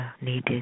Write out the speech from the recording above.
needed